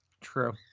True